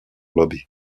lobby